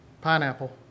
pineapple